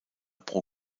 pro